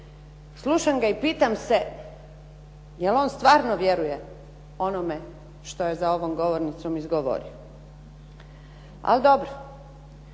slušam ga i pitam se, jel' on stvarno vjeruje onome što je za ovom govornicom izgovorio. Ali dobro.